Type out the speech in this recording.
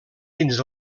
dins